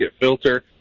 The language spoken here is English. filter